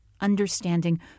understanding